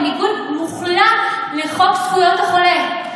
בניגוד מוחלט לחוק זכויות החולה.